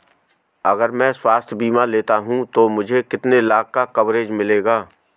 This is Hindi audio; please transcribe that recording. अगर मैं स्वास्थ्य बीमा लेता हूं तो मुझे कितने लाख का कवरेज मिलेगा?